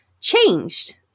changed